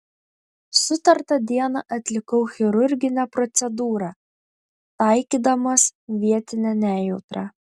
sutartą dieną atlikau chirurginę procedūrą taikydamas vietinę nejautrą